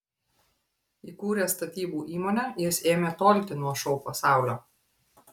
įkūręs statybų įmonę jis ėmė tolti nuo šou pasaulio